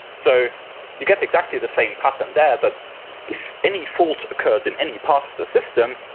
so you get exactly the same pattern there, but if any fault occurs in any part of the system,